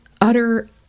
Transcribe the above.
utter